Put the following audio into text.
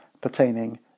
pertaining